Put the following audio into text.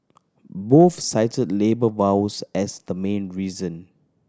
both cited labour woes as the main reason